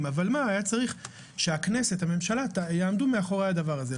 אבל היה צריך שהכנסת והממשלה יעמדו מאחורי הדבר הזה.